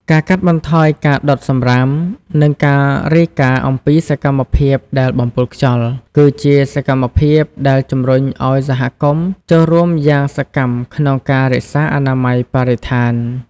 ការកាត់បន្ថយការដុតសំរាម និងការរាយការណ៍អំពីសកម្មភាពដែលបំពុលខ្យល់ គឺជាសកម្មភាពដែលជំរុញឱ្យសហគមន៍ចូលរួមយ៉ាងសកម្មក្នុងការរក្សាអនាម័យបរិស្ថាន។